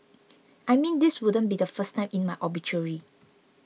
I mean this wouldn't be the first line in my obituary